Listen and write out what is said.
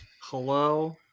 Hello